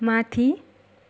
माथि